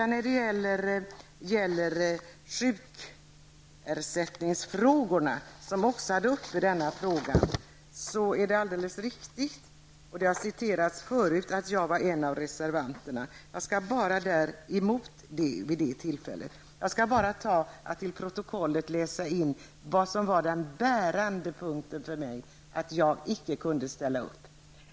När det sedan gäller sjukersättningsfrågorna, som också är uppe till behandling i detta ärende, är det alldeles riktigt, som förut nämnts, att jag var en av reservanterna vid det tillfället. Jag vill bara till protokollet läsa in vad som var det bärande skälet till att jag inte kunde ställa mig bakom förslaget.